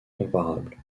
comparables